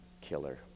killer